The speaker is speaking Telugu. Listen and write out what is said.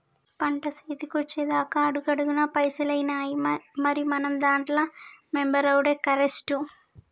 పంట సేతికొచ్చెదాక అడుగడుగున పైసలేనాయె, మరి మనం దాంట్ల మెంబరవుడే కరెస్టు